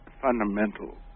fundamental